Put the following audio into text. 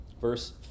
Verse